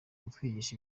kutwigisha